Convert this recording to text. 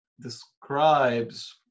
describes